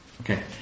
Okay